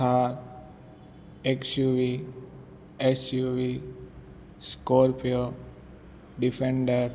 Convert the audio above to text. Thar XUV suv scorpio defender